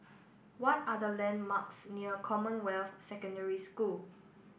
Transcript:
what are the landmarks near Commonwealth Secondary School